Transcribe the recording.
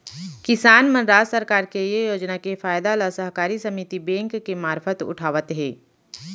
किसान मन राज सरकार के ये योजना के फायदा ल सहकारी समिति बेंक के मारफत उठावत हें